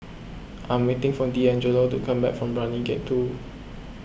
I am waiting for Deangelo to come back from Brani Gate two